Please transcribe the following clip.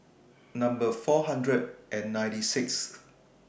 Number four hundred and ninety Sixth